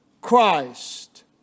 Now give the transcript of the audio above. Christ